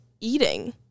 eating